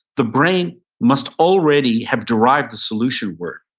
the brain must already have derived the solution word.